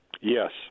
Yes